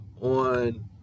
on